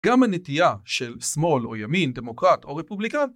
‫גם הנטייה של שמאל או ימין, ‫דמוקרט או רפובליקן